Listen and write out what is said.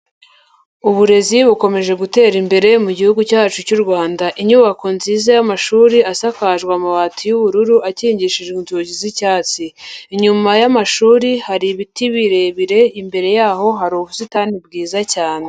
Uburezi bukomeje gutera imbere mu gihugu cyacu cy'u Rwanda. Inyubako nziza y'amashuri asakajwe amabati y'ubururu akingishijwe inzugi z'icyatsi, inyuma y'amashuri hari ibiti birebire imbere yaho hari ubusitani bwiza cyane.